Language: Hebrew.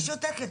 אני שותקת,